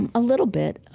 and a little bit.